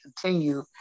continue